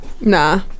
Nah